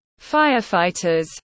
firefighters